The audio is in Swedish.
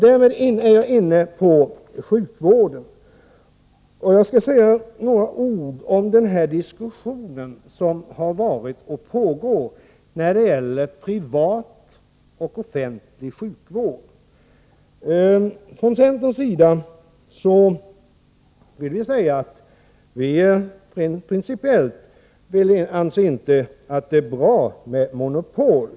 Därmed är jag inne på sjukvården. Jag skall säga några ord om den diskussion som har varit och som pågår när det gäller privat och offentlig sjukvård. Från centerns sida anser vi rent principiellt att det inte är bra med monopol.